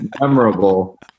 Memorable